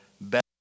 better